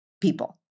people